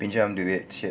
pinjam duit shit